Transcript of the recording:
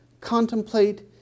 contemplate